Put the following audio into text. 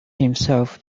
himself